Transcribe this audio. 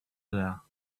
there